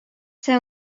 see